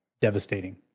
devastating